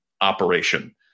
operation